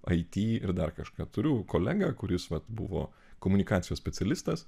ai tį ir dar kažką turiu kolegą kuris vat buvo komunikacijos specialistas